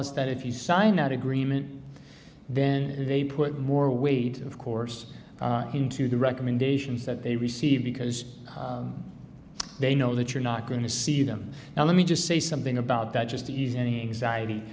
us that if you sign that agreement then they put more weight of course into the recommendations that they receive because they know that you're not going to see them now let me just say something about that just to ease any